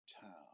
town